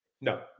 No